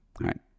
right